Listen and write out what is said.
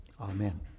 Amen